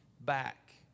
back